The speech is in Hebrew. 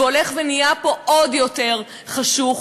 והולך ונהיה פה עוד יותר חשוך,